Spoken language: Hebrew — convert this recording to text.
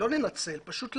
לא לנצל, פשוט להבין,